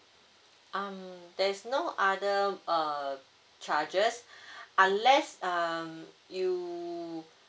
um there's no other uh charges unless um you